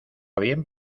bien